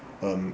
um